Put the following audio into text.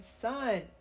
Son